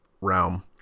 Realm